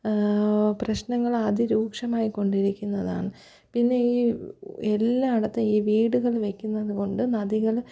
പ്രശ്നങ്ങൾ അതിരൂക്ഷമായിക്കൊണ്ടിരിക്കുന്നതാണ് പിന്നെ ഈ എല്ലായിടത്തും ഈ വീടുകള് വയ്ക്കുന്നതുകൊണ്ട് നദികള്